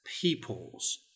peoples